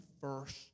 first